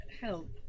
help